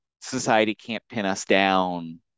society-can't-pin-us-down